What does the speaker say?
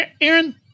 Aaron